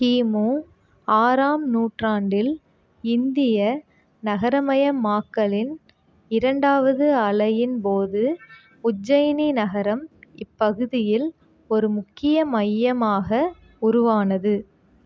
கிமு ஆறாம் நூற்றாண்டில் இந்திய நகரமயமாக்கலின் இரண்டாவது அலையின் போது உஜ்ஜைனி நகரம் இப்பகுதியில் ஒரு முக்கிய மையமாக உருவானது